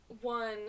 one